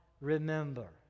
remember